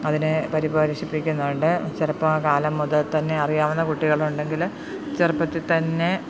അതിനെ പരിപോഷിപ്പിക്കുന്നുണ്ട് ചെറുപ്പകാലം മുതൽ തന്നെ അറിയാവുന്ന കുട്ടികളുണ്ടെങ്കിൽ ചെറുപ്പത്തിൽ തന്നെ